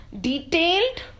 detailed